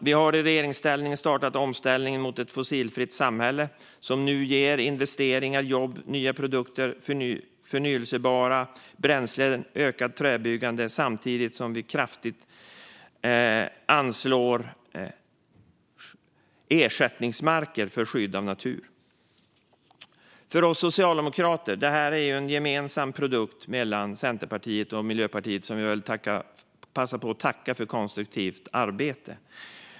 Vi har i regeringsställning startat omställningen mot ett fossilfritt samhälle. Det ger nu investeringar, jobb, nya produkter, förnybara bränslen och ökat träbyggande, samtidigt som vi kraftigt anslår ersättningsmarker för skydd av natur. Det här är en gemensam produkt från oss i Socialdemokraterna samt Centerpartiet och Miljöpartiet. Jag vill passa på att tacka för ett konstruktivt arbete.